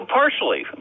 partially